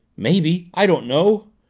maybe. i don't know.